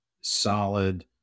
solid